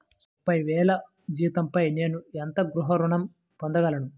ముప్పై వేల జీతంపై నేను ఎంత గృహ ఋణం పొందగలను?